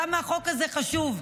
כמה החוק הזה חשוב,